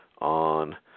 on